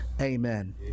Amen